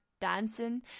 dancing